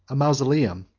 a mausoleum,